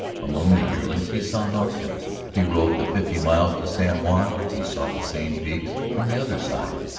among the yearlings, he saw mt. temple if he rode the fifty miles to san juan he saw the same peaks from the other side.